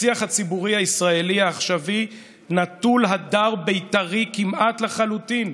השיח הציבורי הישראלי העכשווי נטול הדר בית"רי כמעט לחלוטין.